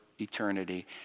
eternity